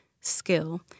skill